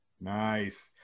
Nice